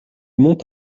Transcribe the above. mont